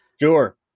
Sure